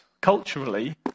culturally